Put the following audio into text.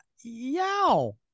Yow